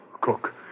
cook